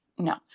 No